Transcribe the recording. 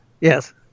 Yes